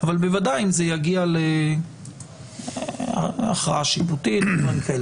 אבל בוודאי אם זה יגיע להכרעה שיפוטית ודברים כאלה.